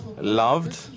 loved